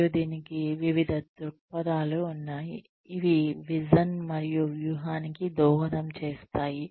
మరియు దీనికి వివిధ దృక్పథాలు ఉన్నాయి ఇవి విజన్ మరియు వ్యూహానికి దోహదం చేస్తాయి